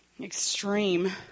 extreme